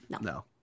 no